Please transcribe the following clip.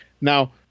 Now